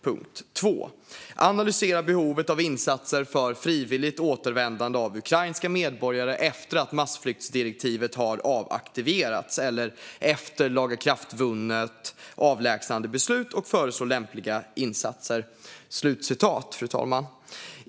För det andra: "Analysera behovet av insatser för frivilligt återvändande av ukrainska medborgare efter att massflyktsdirektivet har avaktiverats, eller efter lagakraftvunnet avlägsnandebeslut, och föreslå lämpliga insatser."